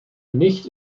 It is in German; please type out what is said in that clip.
nicht